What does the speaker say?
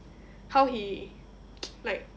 how he like